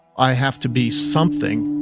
i have to be something,